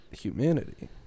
humanity